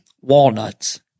walnuts